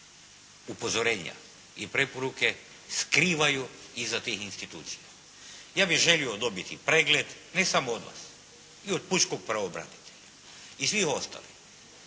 upozorenja i preporuke skrivaju iza tih ustanova. Ja bih želio dobiti pregled ne samo od vas, i od pučkog pravobranitelja i svih ostalih